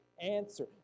answer